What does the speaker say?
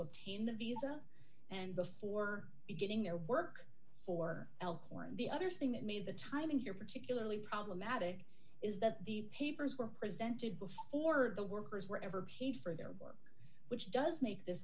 obtain the visa and before beginning their work for l corps and the other thing that made the timing here particularly problematic is that the papers were presented before the workers were ever paid for their work which does make this